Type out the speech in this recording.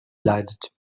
leidet